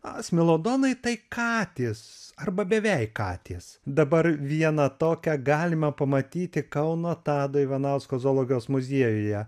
smelodonai tai katės arba beveik katės dabar vieną tokią galima pamatyti kauno tado ivanausko zoologijos muziejuje